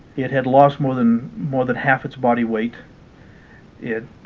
it had lost more than more than half its body weight it